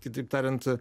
kitaip tariant